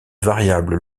variable